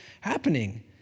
happening